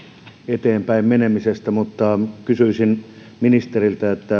eteenpäin menemisestä mutta kysyisin ministeriltä